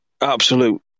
Absolute